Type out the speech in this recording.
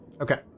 Okay